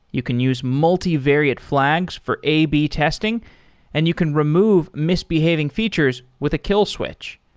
you can use multi-varied flags for a b testing and you can remove misbehaving features with a kill switch.